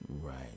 right